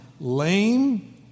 lame